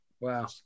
wow